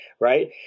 right